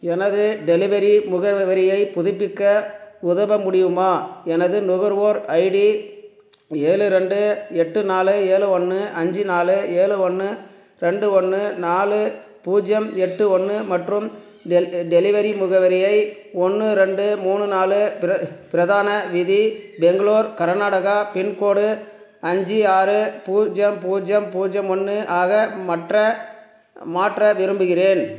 எனது டெலிவரி முகவரியைப் புதுப்பிக்க உதவ முடியுமா எனது நுகர்வோர் ஐடி ஏழு ரெண்டு எட்டு நாலு ஏழு ஒன்று அஞ்சு நாலு ஏழு ஒன்று ரெண்டு ஒன்று நாலு பூஜ்யம் எட்டு ஒன்று மற்றும் டெல் டெலிவரி முகவரியை ஒன்று ரெண்டு மூணு நாலு ப்ர பிரதான வீதி பெங்களூர் கர்நாடகா பின்கோடு அஞ்சு ஆறு பூஜ்யம் பூஜ்யம் பூஜ்யம் ஒன்று ஆக மற்ற மாற்ற விரும்புகிறேன்